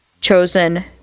chosen